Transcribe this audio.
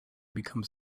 become